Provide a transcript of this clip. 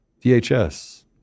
DHS